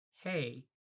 hey